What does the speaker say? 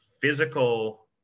physical